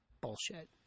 Bullshit